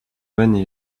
money